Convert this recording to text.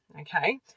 Okay